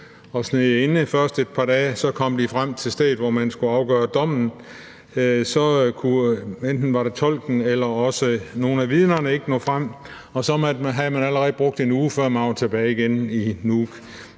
sneede inde et par dage, hvorefter de kom frem til stedet, hvor man skulle afsige dommen, og så kunne enten tolken eller nogle af vidnerne ikke nå frem. Man havde så allerede brugt en uge, inden man var tilbage igen i Nuuk.